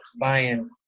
buying